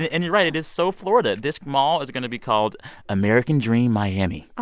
and you're right. it is so florida. this mall is going to be called american dream miami.